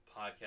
podcast